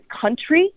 country